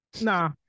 Nah